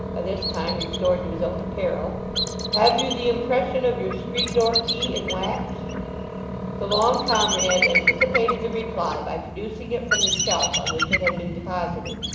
by this time restored to his own apparel have you the impression of your street-door key in wax the long comrade anticipated the reply, by producing it from the shelf on which it had been deposited